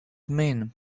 mean